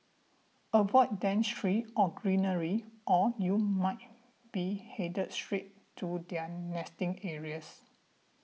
avoid dense trees or greenery or you might be headed straight to their nesting areas